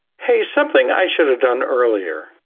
hey, something i should have done earlier,